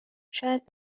شاید